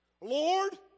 Lord